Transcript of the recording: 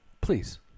please